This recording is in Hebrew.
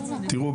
תראו,